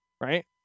right